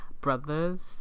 brothers